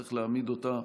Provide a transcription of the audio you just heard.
וצריך להעמיד אותה,